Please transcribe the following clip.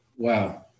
Wow